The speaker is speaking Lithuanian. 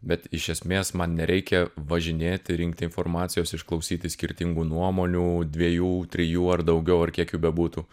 bet iš esmės man nereikia važinėti rinkti informacijos išklausyti skirtingų nuomonių dviejų trijų ar daugiau ar kiek jų bebūtų